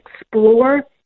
explore